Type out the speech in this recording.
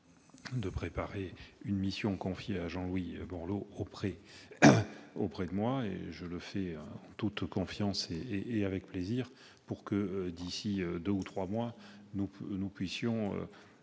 de préparer une mission confiée à Jean-Louis Borloo, vous l'avez rappelé, et je le fais en toute confiance et avec plaisir, pour que d'ici à deux ou trois mois nous puissions,